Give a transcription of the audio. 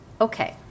Okay